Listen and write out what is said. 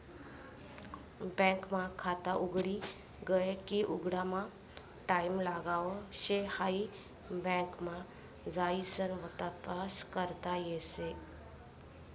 bank मा खात उघडी गये की उघडामा टाईम लागाव शे हाई बँक मा जाइसन तपास करता येस